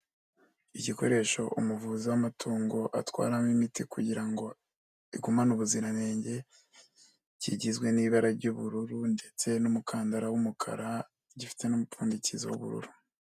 Igikoresho umuvuzi w'amatungo atwaramo imiti kugira ngo igumane ubuziranenge, kigizwe n'ibara ry'ubururu ndetse n'umukandara w'umukara, gifite n'umupfundikizo w'ubururu.